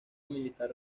militar